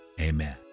Amen